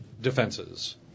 defenses